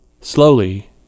Slowly